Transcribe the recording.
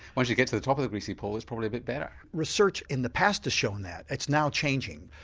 once you get to the top of the greasy pole it's probably a bit better. research in the past has shown that it's now changing.